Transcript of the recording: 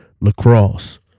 lacrosse